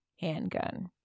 handgun